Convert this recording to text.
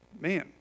man